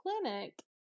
clinic